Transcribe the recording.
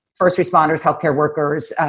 first responders, health care workers,